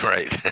Right